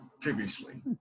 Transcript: previously